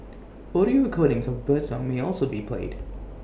audio recordings of birdsong may also be played